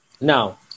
Now